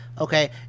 Okay